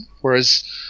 Whereas